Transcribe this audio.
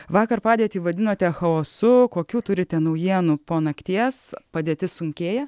vakar padėtį vadinote chaosu kokių turite naujienų po nakties padėtis sunkėja